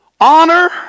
honor